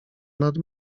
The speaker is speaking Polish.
nad